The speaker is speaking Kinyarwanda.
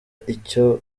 icyo